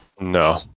no